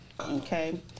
Okay